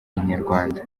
inyarwanda